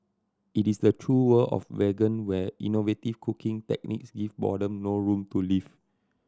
it is the true world of vegan where innovative cooking techniques give boredom no room to live